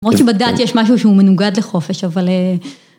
כמו שבדת יש משהו שהוא מנוגד לחופש, אבל...